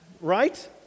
right